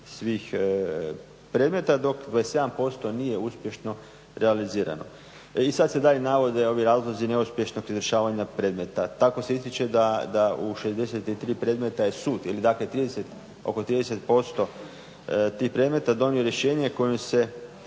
svih predmeta, dok 27% nije uspješno realizirano. I sad se dalje navode ovi razlozi neuspješnog izvršavanja predmeta. Tako se ističe da u 63 predmeta je sud ili dakle oko 30% tih predmeta donio rješenje kojim se